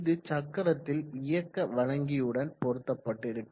இது சக்கரத்தில் இயக்க வழங்கியுடன் பொருத்தப்பட்டிருக்கும்